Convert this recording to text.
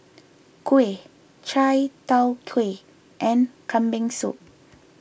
Kuih Chai Tow Kuay and Kambing Soup